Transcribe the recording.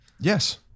Yes